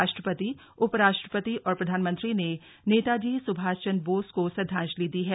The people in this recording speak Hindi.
राष्ट्रपति उप राष्ट्रपति और प्रधानमंत्री ने नेताजी सुभाष चन्द्र बोस को श्रद्वाजंलि दी है